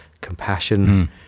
compassion